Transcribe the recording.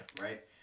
right